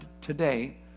today